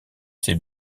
ses